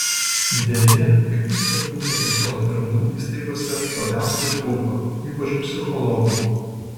deja kaip tik tokių pataisos darbų įstaigose labiausiai ir trūko ypač psichologų